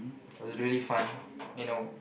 it was really fun you know